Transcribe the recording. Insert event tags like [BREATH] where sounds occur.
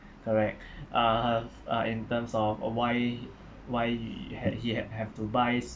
correct [BREATH] uh uh in terms of uh why why he had he had have to buy